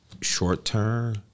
short-term